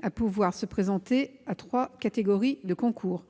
à pouvoir se présenter à trois catégories de concours.